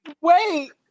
Wait